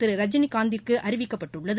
திருரஜினிகாந்திற்குஅறிவிக்கப்பட்டுள்ளது